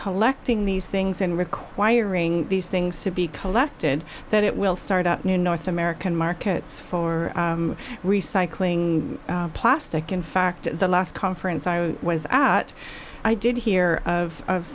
collecting these things and requiring these things to be collected that it will start up new north american markets for recycling plastic in fact the last conference i was at i did hear of